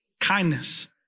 kindness